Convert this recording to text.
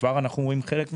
וכבר אנחנו רואים חלק ממנה,